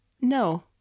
No